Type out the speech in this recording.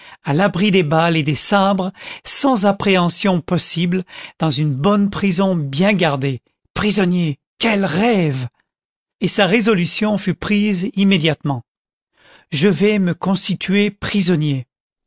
à l'abri des balles et des sabres sans appréhension possible dans une bonne prison bien gardée prisonnier quel rêve et sa résolution fut prise immédiatement je vais me constituer prisonnier